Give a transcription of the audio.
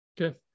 Okay